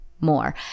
more